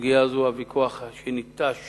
הסוגיה הזאת, הוויכוח שניטש